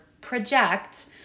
project